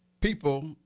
people